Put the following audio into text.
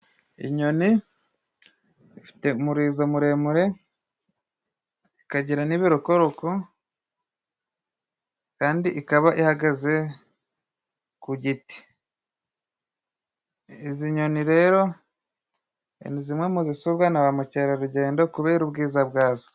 Inyoni ifite umurizo muremure, ikagira ni ibirokoroko kandi ikaba ihagaze ku giti, iz'inyoni rero ni zimwe mu zisurwa na ba mukerarugendo, kubera ubwiza bwazo.